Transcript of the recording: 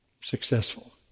successful